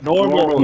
Normal